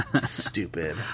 Stupid